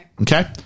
Okay